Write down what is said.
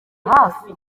hafi